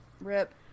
Rip